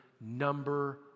number